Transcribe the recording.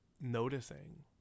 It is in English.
noticing